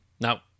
Now